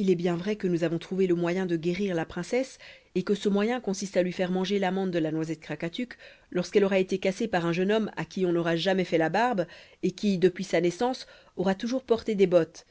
il est bien vrai que nous avons trouvé le moyen de guérir la princesse et que ce moyen consiste à lui faire manger l'amande de la noisette krakatuk lorsqu'elle aura été cassée par un jeune homme à qui on n'aura jamais fait la barbe et qui depuis sa naissance aura toujours porté des bottes